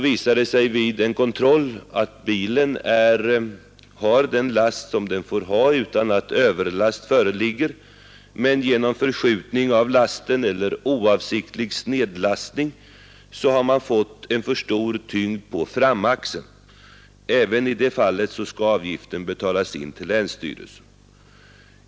Vid kontroll visar det sig att bilen har den last den får ha utan att överlast föreligger, men genom förskjutning av lasten eller oavsiktlig snedlastning har man fått för stor tyngd på framaxeln. Även i det fallet skall avgift betalas in till länsstyrelsen.